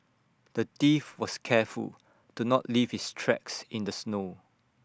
the thief was careful to not leave his tracks in the snow